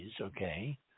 okay